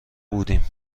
بودیم